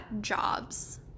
jobs